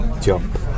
Jump